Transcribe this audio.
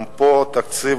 גם פה התקציב,